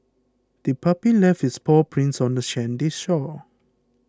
the puppy left its paw prints on the sandy shore